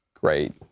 great